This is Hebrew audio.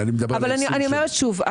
אבל אני אומרת שוב,